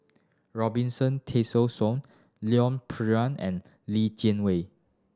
Robinson Leon and Li Jianwei